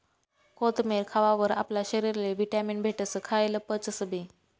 कोथमेर खावावर आपला शरीरले व्हिटॅमीन भेटस, खायेल पचसबी